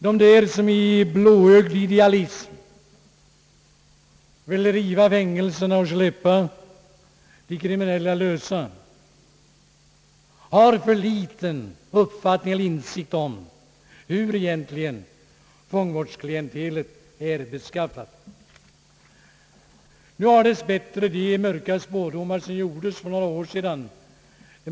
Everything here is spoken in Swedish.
De som i blåögd idealism ville riva fängelserna och släppa de kriminella lösa har otillräcklig insikt om hur fångvårdsklientelet egentligen är beskaffat. För några år sedan uttalades mörka spådomar.